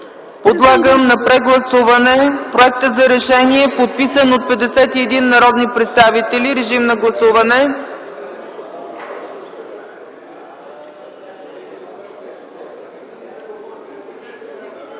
Подлагам на прегласуване Проекта за решение, подписан от 51 народни представители. Режим на гласуване!